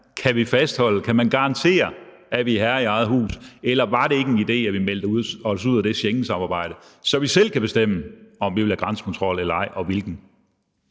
så svar gerne: Kan man garantere, at vi er herre i eget hus, eller var det ikke en idé, at vi meldte os ud af det Schengensamarbejde, så vi selv kan bestemme, om vi vil have grænsekontrol eller ej, og hvilken?